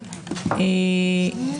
אושר.